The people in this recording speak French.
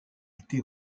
été